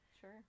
Sure